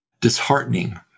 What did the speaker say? disheartening